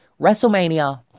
WrestleMania